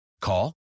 Call